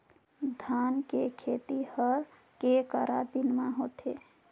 धान के खेती हर के करा दिन म होथे?